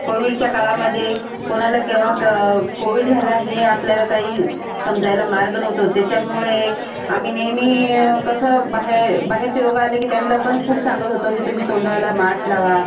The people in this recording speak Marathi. कोविडच्या काळामध्ये कोणाला केव्हा क कोविड झाला हे आपल्याला काही समजायला मार्ग नव्हतं त्याच्यामुळे आम्ही नेहमी कसं बाहे बाहेरचे लोक आले की त्यांना पण खूप सांगत होतो की तुम्ही तोंडाला मास लावा